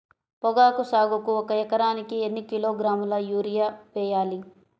పొగాకు సాగుకు ఒక ఎకరానికి ఎన్ని కిలోగ్రాముల యూరియా వేయాలి?